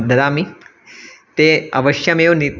ददामि ते अवश्यमेव नि